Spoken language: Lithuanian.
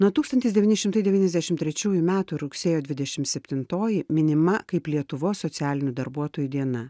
nuo tūkstantis devyni šimtai devyniasdešimt trečiųjų metų rugsėjo dvidešim septintoji minima kaip lietuvos socialinių darbuotojų diena